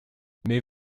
mais